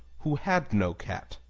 who had no cat.